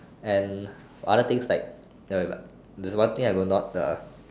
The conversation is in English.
and other things like there there's one thing I will not uh